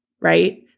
right